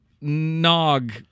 nog